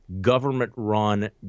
government-run